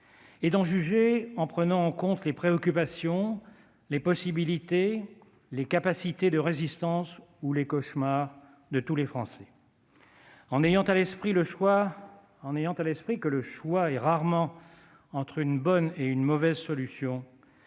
l'adversité, en prenant en compte les préoccupations, les possibilités, les capacités de résistance ou les cauchemars de tous les Français, en ayant à l'esprit que le choix est rarement entre une bonne et une mauvaise solution,